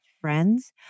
friends